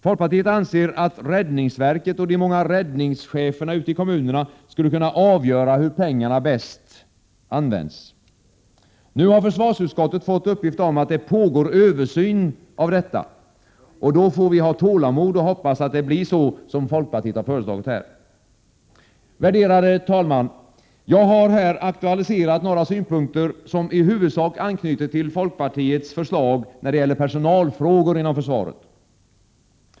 Folkpartiet anser att räddningsverket och de många räddningscheferna ute i kommunerna skulle kunna avgöra hur pengarna bäst skall användas. Nu har försvarsutskottet fått uppgift om att det pågår översyn av detta, och då får vi ha tålamod och hoppas att det blir så som folkpartiet har föreslagit här. Herr talman! Jag har här aktualiserat några synpunkter som i huvudsak anknyter till folkpartiets förslag när det gäller personalfrågor inom försvaret.